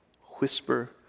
whisper